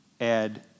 add